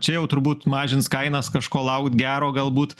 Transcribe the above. čia jau turbūt mažins kainas kažko laukt gero galbūt